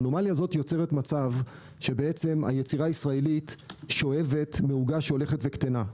האנומליה הזאת יוצרת מצב שהיצירה הישראלית שואבת מעוגה שהולכת וקטנה.